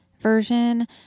version